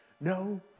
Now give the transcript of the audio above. no